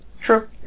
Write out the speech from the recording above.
True